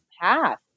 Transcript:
path